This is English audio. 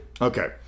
Okay